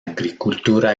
agricultura